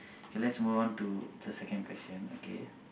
K let's move on to the second question okay